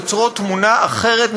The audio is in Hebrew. יוצרות תמונה אחרת,